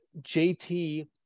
JT